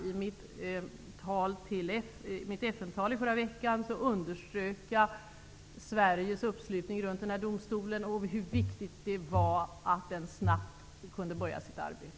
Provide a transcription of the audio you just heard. I mitt FN-tal i förra veckan underströk jag Sveriges uppslutning kring denna domstol och hur viktigt det var att den snabbt kunde börja sitt arbete.